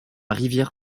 rivière